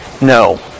No